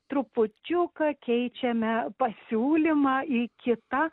trupučiuką keičiame pasiūlymą į kitą